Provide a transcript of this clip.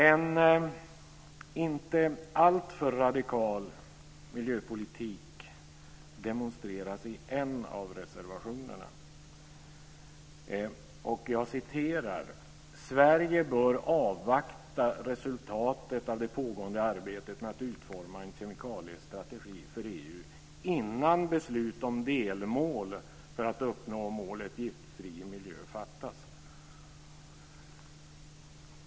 En inte alltför radikal miljöpolitik demonstreras i en av reservationerna. Jag citerar: "Sverige bör avvakta resultatet av det pågående arbetet med att utforma en kemikaliestrategi för EU innan beslut om delmål för att uppnå målet Giftfri miljö fattas."